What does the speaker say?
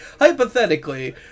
hypothetically